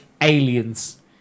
aliens